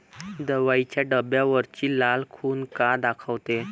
दवाईच्या डब्यावरची लाल खून का दाखवते?